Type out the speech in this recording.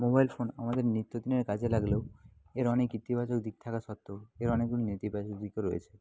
mobile phone আমাদের নিত্য দিনের কাজে লাগলেও এর অনেক ইতিবাচক দিক থাকা সত্ত্বেও এর অনেকগুলি নেতিবাচক দিকও রয়েছে